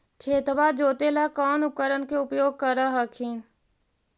खेतबा जोते ला कौन उपकरण के उपयोग कर हखिन?